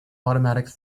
automatic